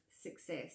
success